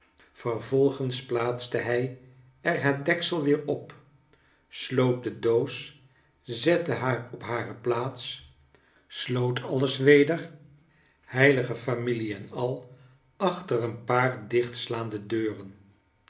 vervolgens plaatste hij er het deksel weer op sloot de doos zette haar op hare plaats sloot alles bome weder heilige familie en al achter een paar dichtslaande deuren